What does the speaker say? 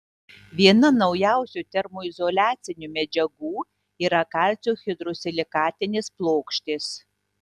viena naujausių termoizoliacinių medžiagų yra kalcio hidrosilikatinės plokštės